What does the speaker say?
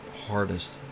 hardest